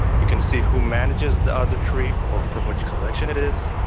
you can see who manages the other tree or from which collection it it is.